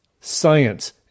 science